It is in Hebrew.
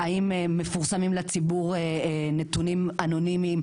האם מפורסמים לציבור נתונים אנונימיים,